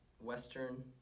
Western